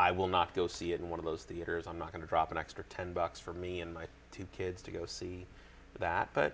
i will not go see it in one of those theaters i'm not going to drop an extra ten bucks for me and my two kids to go see that but